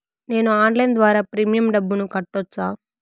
నేను ఆన్లైన్ ద్వారా ప్రీమియం డబ్బును కట్టొచ్చా?